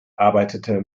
arbeitete